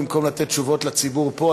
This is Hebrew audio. במקום לתת תשובות לציבור פה,